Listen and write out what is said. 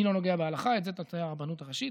אני לא נוגע בהלכה, את זה תעשה הרבנות הראשית,